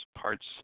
parts